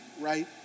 right